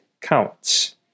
counts